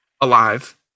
Alive